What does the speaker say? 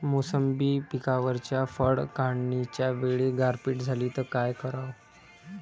मोसंबी पिकावरच्या फळं काढनीच्या वेळी गारपीट झाली त काय कराव?